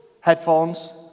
Headphones